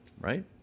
right